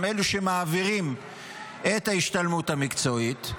הם אלה שמעבירים את ההשתלמות המקצועית.